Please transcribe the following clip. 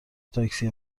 تاکسی